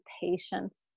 patience